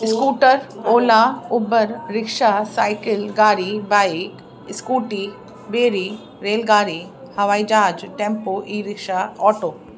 scooter Ola Uber rickshaw cycle गाॾी bike scooty बेड़ी rail गाॾी हवाई जहाज टैम्पो ई रिक्शा ऑटो